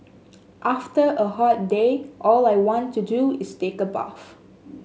after a hot day all I want to do is take a bath